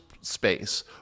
space